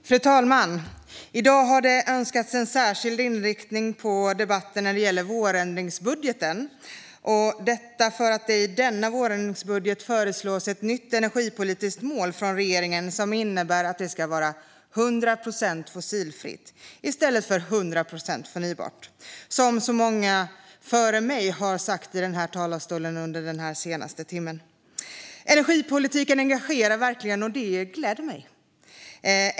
Fru talman! I dag har det önskats en särskild inriktning på debatten när det gäller vårändringsbudgeten. Detta beror på att det i denna vårändringsbudget föreslås ett nytt energipolitiskt mål från regeringen som innebär att det ska vara 100 procent fossilfritt i stället för 100 procent förnybart, som så många före mig har sagt i denna talarstol under den senaste timmen. Energipolitiken engagerar verkligen, och det gläder mig.